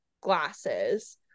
glasses